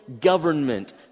government